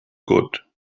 good